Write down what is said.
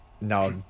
now